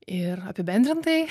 ir apibendrintai